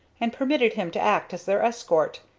and permitted him to act as their escort.